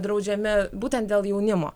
draudžiami būtent dėl jaunimo